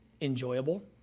enjoyable